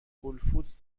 هولفودز